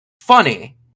funny